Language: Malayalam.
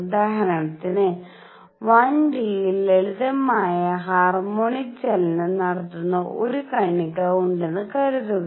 ഉദാഹരണത്തിന് 1 D യിൽ ലളിതമായ ഹാർമോണിക് ചലനം നടത്തുന്ന ഒരു കണിക ഉണ്ടെന്ന് കരുതുക